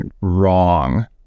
wrong